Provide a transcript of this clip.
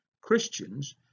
Christians